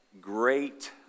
great